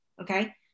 Okay